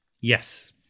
Yes